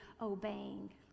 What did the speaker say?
obeying